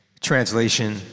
Translation